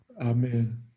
Amen